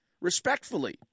respectfully